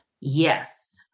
Yes